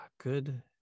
Good